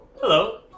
hello